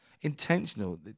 intentional